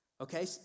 Okay